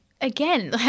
again